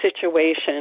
situation